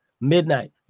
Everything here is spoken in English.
Midnight